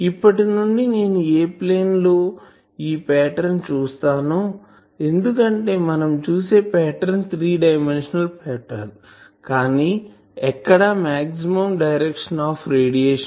ఇప్పటి నుండి నేను ఏ ప్లేన్ లో ఈ ప్యాట్రన్ చూస్తానో ఎందుకంటే మనము చూసే ప్యాట్రన్ త్రి డైమెన్షనల్ పాటర్న్ కానీ ఎక్కడ మాక్సిమం డైరెక్షన్ ఆఫ్ రేడియేషన్